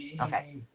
okay